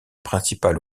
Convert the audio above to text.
principal